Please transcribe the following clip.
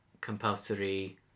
compulsory